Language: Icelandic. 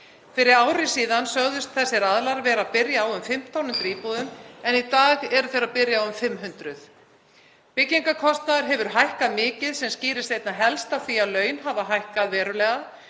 Fyrir ári síðan sögðust þessir aðilar vera að byrja á um 1.500 íbúðum en í dag eru þeir að byrja á um 500. Byggingarkostnaður hefur hækkað mikið sem skýrist einna helst af því að laun hafa hækkað verulega,